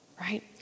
right